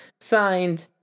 signed